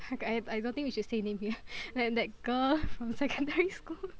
I I don't think we should say name here like that girl from secondary school